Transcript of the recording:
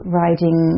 riding